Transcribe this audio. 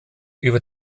über